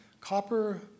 copper